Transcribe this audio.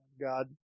God